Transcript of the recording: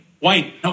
Wayne